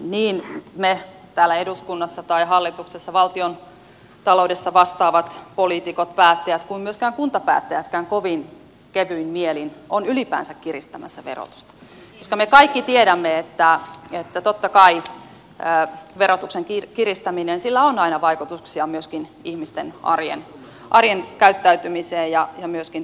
niin me täällä eduskunnassa tai hallituksessa valtiontaloudesta vastaavat poliitikot päättäjät kuin myöskään kuntapäättäjätkään kovin kevyin mielin ovat ylipäänsä kiristämässä verotusta koska me kaikki tiedämme että totta kai verotuksen kiristämisellä on aina vaikutuksia myöskin ihmisten arjen käyttäytymiseen ja toimeentuloon